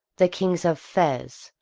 the kings of fez,